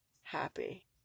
happy